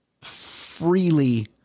freely